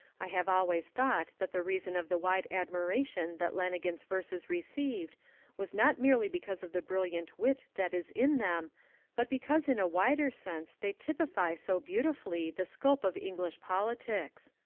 i have always thought that the reason of the wide admiration that lannigan's verses received was not merely because of the brilliant wit that is in them but because in a wider sense they typify so beautifully the scope of english politics.